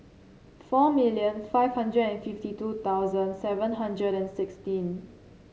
four million five hundred and fifty two seven hundred and sixteen